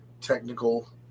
technical